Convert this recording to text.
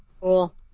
Cool